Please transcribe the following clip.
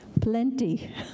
Plenty